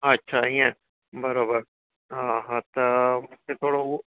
अच्छा ईअं बराबरि हा हा त थोरो